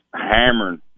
hammering